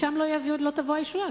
משם לא תבוא הישועה,